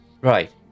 Right